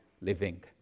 living